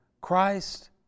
Christ